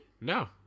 No